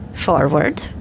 forward